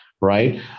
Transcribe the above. right